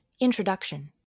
Introduction